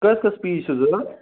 کٔژ کٔژ پیٖس چھُو ضوٚرَتھ